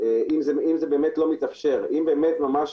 אם זה באמת לא מתאפשר, אם יש ממש